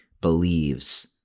believes